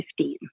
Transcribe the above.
15